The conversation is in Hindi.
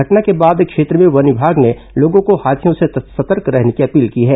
घटना के बाद क्षेत्र में वन विमाग ने लोगों को हाथियों से सतर्क रहने की अपील की है